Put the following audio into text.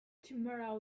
tomorrow